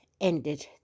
ended